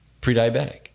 pre-diabetic